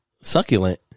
succulent